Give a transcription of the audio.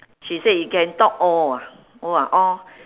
she said you can talk all ah !wah! all